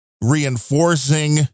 reinforcing